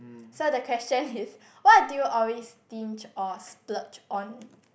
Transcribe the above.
so the question is what do you always stinge or splurge on